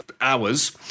hours